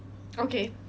okay